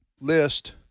list